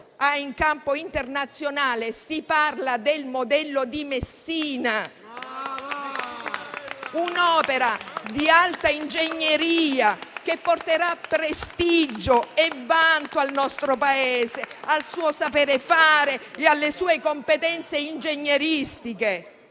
in campo internazionale si parla del modello di Messina, un'opera di alta ingegneria che porterà prestigio e vanto al nostro Paese, al suo saper fare e alle sue competenze ingegneristiche.